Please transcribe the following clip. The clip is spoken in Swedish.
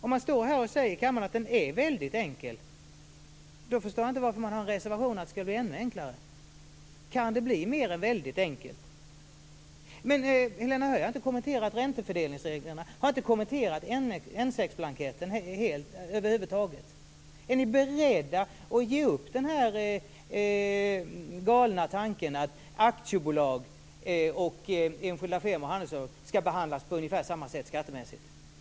Om man står här i kammaren och säger att den är väldigt enkel förstår jag inte varför man har en reservation om att det skall bli ännu enklare. Kan det bli mer än väldigt enkelt? Helena Höij har inte kommenterat räntefördelningsreglerna. Hon har inte kommenterat N6 blanketten över huvud taget. Är ni beredda att ge upp den här galna tanken att aktiebolag, enskilda firmor och handelsbolag skall behandlas på ungefär samma sätt skattemässigt?